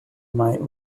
might